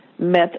Met